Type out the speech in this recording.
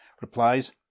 replies